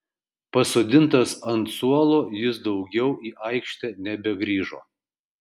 pasodintas ant suolo jis daugiau į aikštę nebegrįžo